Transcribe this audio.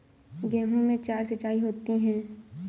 गेहूं में चार सिचाई होती हैं